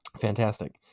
Fantastic